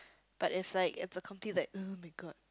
but it's like it's a that [oh]-my-god